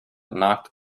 knocked